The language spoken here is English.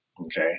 Okay